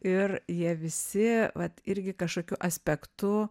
ir jie visi vat irgi kažkokiu aspektu